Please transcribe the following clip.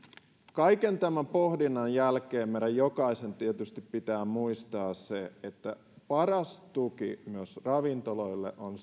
kaiken tämän pohdinnan jälkeen meidän jokaisen tietysti pitää muistaa se että paras tuki myös ravintoloille on